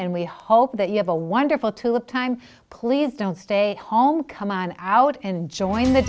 and we hope that you have a wonderful tulip time please don't stay home come on out and join the